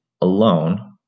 alone